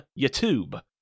YouTube